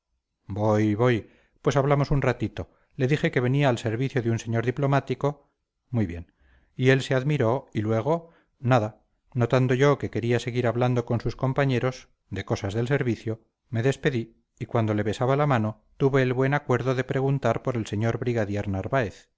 voy voy pues hablamos un ratito le dije que venía al servicio de un señor diplomático muy bien y él se admiró y luego nada notando yo que quería seguir hablando con sus compañeros de cosas del servicio me despedí y cuando le besaba la mano tuve el buen acuerdo de preguntar por el señor brigadier narváez